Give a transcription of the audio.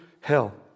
hell